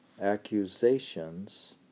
accusations